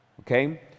okay